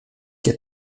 qu’à